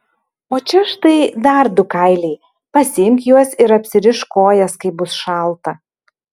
o čia štai dar du kailiai pasiimk juos ir apsirišk kojas kai bus šalta